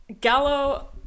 Gallo